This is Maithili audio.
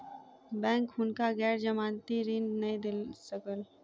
बैंक हुनका गैर जमानती ऋण नै दय सकल